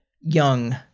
young